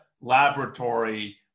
laboratory